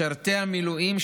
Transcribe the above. משרתי המילואים,